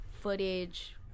footage